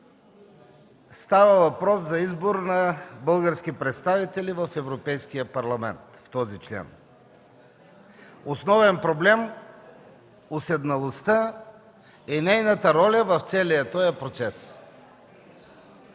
става въпрос за избор на български представители в Европейския парламент. Основен проблем – уседналостта и нейната роля в целия този процес. Пак